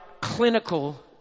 clinical